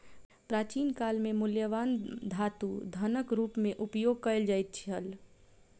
प्राचीन काल में मूल्यवान धातु धनक रूप में उपयोग कयल जाइत छल